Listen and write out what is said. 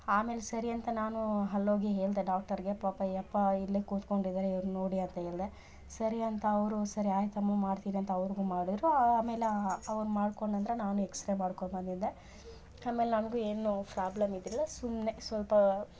ಆಮೇಲೆ ಸರಿ ಅಂತ ನಾನು ಅಲ್ಲೋಗಿ ಹೇಳ್ದೆ ಡಾಕ್ಟರ್ಗೆ ಪಾಪ ಈ ಯಪ್ಪಾ ಇಲ್ಲೇ ಕೂತ್ಕೊಂಡಿದಾರೆ ಇವ್ರನ್ನ ನೋಡಿ ಅಂತ ಹೇಳ್ದೆ ಸರಿ ಅಂತ ಅವರು ಸರಿ ಆಯ್ತಮ್ಮ ಮಾಡ್ತಿರಿ ಅಂತ ಅವ್ರಿಗೂ ಮಾಡಿರು ಆಮೇಲೆ ಅವ್ರು ಮಾಡ್ಕೊಂಡು ನಂತರ ನಾನು ಎಕ್ಸ್ರೇ ಮಾಡ್ಕೊ ಬಂದಿದ್ದೆ ಆಮೇಲೆ ನನಗೂ ಏನು ಫ್ರಾಬ್ಲಮ್ ಇದ್ರಿಲ್ಲ ಸುಮ್ಮನೆ ಸ್ವಲ್ಪ